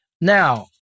Now